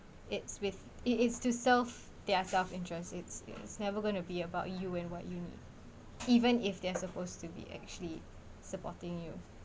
it's with it is to serve their self interest it's never going to be about you and what you need even if they're supposed to be actually supporting you